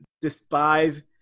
despise